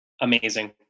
amazing